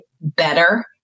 better